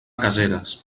caseres